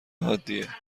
حادیه